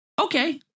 Okay